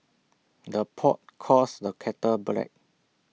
the pot calls the kettle black